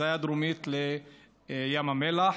זה היה דרומית לים המלח.